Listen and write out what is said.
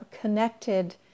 connected